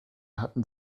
hatten